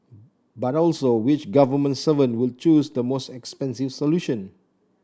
but also which government servant would choose the most expensive solution